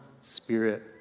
spirit